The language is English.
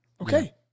Okay